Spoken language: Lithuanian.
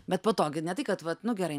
bet po to gi ne tai kad vat nu gerai